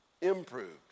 improved